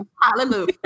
hallelujah